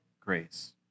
grace